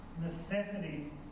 necessity